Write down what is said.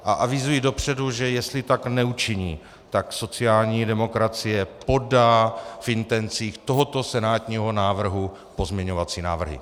A avizuji dopředu, že jestli tak neučiní, tak sociální demokracie podá v intencích tohoto senátního návrhu pozměňovací návrhy.